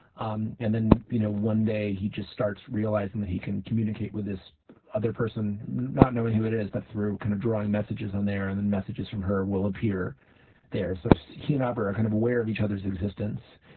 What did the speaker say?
um and then you know one day he just starts realizing that he can communicate with this other person not knowing who it is but through kind of drawing messages on there and then messages from her will appear there so so he and um neighbor kind of aware of each other's existence